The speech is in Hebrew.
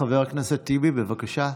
חבר הכנסת טיבי, בבקשה.